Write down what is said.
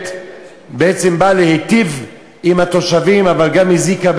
בעצם באה להטיב עם התושבים אבל גם הזיקה,